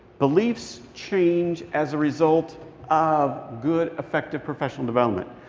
beliefs change as a result of good, effective professional development.